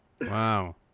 Wow